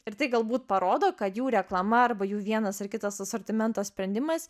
ir tai galbūt parodo kad jų reklama arba jų vienas ar kitas asortimento sprendimas